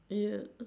ya